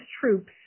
troops